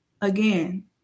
Again